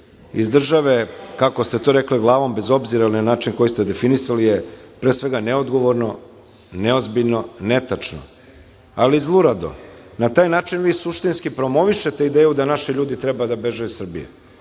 iz države, kako ste to rekli, glavom bez obzira ili na način na koji ste definisali je, pre svega, neodgovorno, neozbiljno, netačno, ali i zlurado. Na taj način vi suštinski promovišete ideju da naši ljudi treba da beže iz Srbije,